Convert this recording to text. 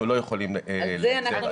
אנחנו לא יכולים לפקח על זה.